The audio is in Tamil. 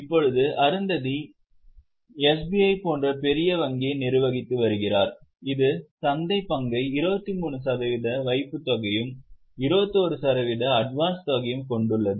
இப்போது அருந்ததி எஸ்பிஐ போன்ற பெரிய வங்கியை நிர்வகித்து வருகிறார் இது சந்தை பங்கை 23 சதவீத வைப்புத்தொகையும் 21 சதவிகித அட்வான்ஸ் தொகையும் கொண்டுள்ளது